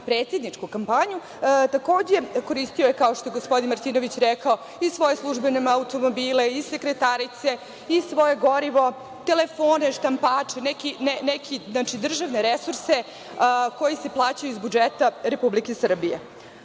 predsedničku kampanju, takođe, koristio je, kao što je gospodin Martinović rekao, svoje službene automobile, sekretarice, svoje gorivo, telefone, štampače, neke državne resurse koji se plaćaju iz budžeta Republike Srbije. Da